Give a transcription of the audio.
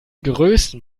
größten